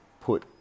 put